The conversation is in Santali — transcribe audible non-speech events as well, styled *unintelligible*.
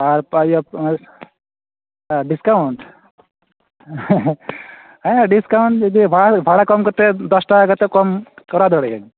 ᱟᱨ ᱯᱟᱹᱭ *unintelligible* ᱰᱤᱥᱠᱟᱣᱩᱱᱴ ᱦᱮᱸ ᱰᱤᱥᱠᱟᱣᱩᱱᱴ ᱡᱩᱫᱤ ᱵᱟᱝ ᱵᱷᱟᱲᱟ ᱠᱚᱢ ᱠᱟᱛᱮᱫ ᱫᱚᱥ ᱴᱟᱠᱟ ᱠᱟᱛᱮᱫ ᱠᱚᱢ ᱠᱚᱨᱟᱣ ᱫᱟᱲᱮᱭᱟᱹᱜᱼᱟᱹᱧ